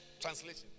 translation